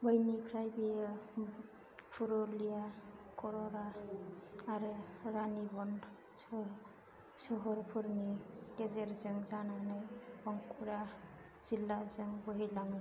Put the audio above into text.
बैनिफ्राय बेयो पुरुलिया खररा आरो रानीबंध सो सोहोरफोरनि गेजेरजों जानानै बांकुरा जिल्लाजों बोहैलाङो